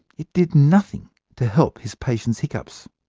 it did nothing to help his patient's hiccups.